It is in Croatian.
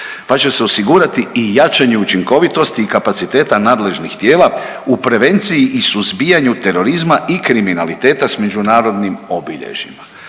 pa će se osigurati i jačanje učinkovitosti i kapaciteta nadležnih tijela u prevenciji i suzbijanju terorizma i kriminaliteta s međunarodnim obilježjima.